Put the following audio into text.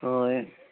हय